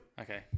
Okay